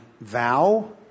vow